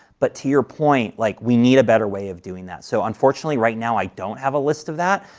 but to your point, like we need a better way of doing that. so unfortunately, right now, i don't have a list of that,